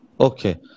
Okay